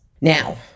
Now